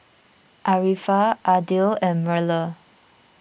Arifa Aidil and Melur